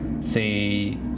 say